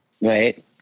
Right